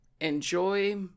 enjoy